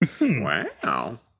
wow